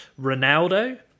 Ronaldo